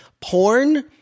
porn –